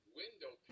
window